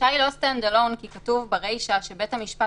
הדרישה לא עומדת בפני עצמה כי כתוב ברישה שבית המשפט